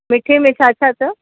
मिठे में छा छा अथव